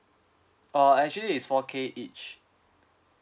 uh actually is four K each